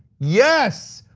yes,